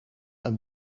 een